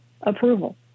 approval